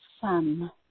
sun